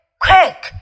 quick